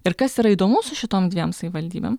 ir kas yra įdomu su šitom dviem savivaldybėm